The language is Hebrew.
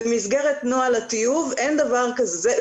במסגרת נוהל הטיוב אין דבר כזה,